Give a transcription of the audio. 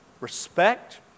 respect